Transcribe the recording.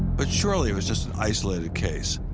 but surely it was just an isolated case.